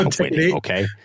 Okay